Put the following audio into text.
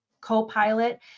co-pilot